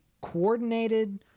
coordinated